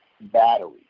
battery